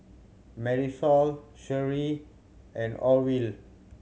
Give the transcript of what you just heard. Marisol Sheri and Orvil